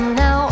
now